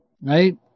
Right